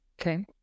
Okay